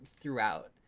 throughout